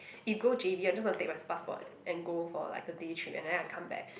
if go J_B I just want to take my passport and go for like a day trip and then I come back